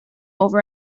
over